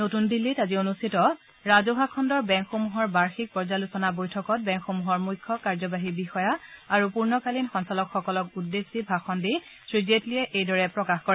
নতুন দিল্লীত আজি অনুষ্ঠিত ৰাজহুৱা খণ্ডৰ বেংকসমূহৰ বাৰ্ষিক পৰ্য্যালোচনা বৈঠকত বেংকসমূহৰ মুখ্য কাৰ্য্যবাহী বিষয়া আৰু পূৰণকালীন সঞালকসকলক উদ্দেশ্যি ভাষণ দি শ্ৰীজেট্লীয়ে এইদৰে প্ৰকাশ কৰে